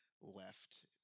left